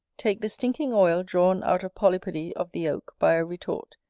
take the stinking oil drawn out of polypody of the oak by a retort,